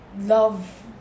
love